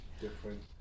different